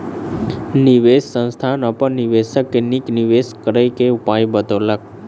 निवेश संस्थान अपन निवेशक के नीक निवेश करय क उपाय बतौलक